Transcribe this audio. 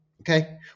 Okay